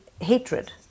hatred